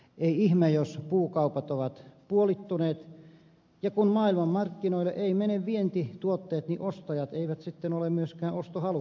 ei ihme jos puukaupat ovat puolittuneet ja kun maailmanmarkkinoille eivät mene vientituotteet niin ostajat eivät sitten ole myöskään ostohalukkaita